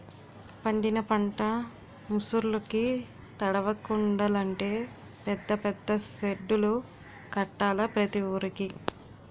పండిన పంట ముసుర్లుకి తడవకుండలంటే పెద్ద పెద్ద సెడ్డులు కట్టాల ప్రతి వూరికి